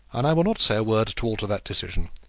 and i will not say a word to alter that decision.